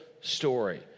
story